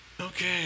okay